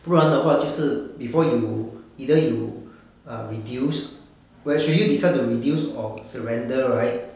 不然的话就是 before you either you err reduce where should you decide to reduce or surrender right